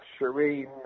Shireen